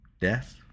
death